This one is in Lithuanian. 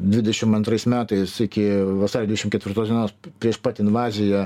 dvidešim antrais metais iki vasario dvidešim ketvirtos dienos prieš pat invaziją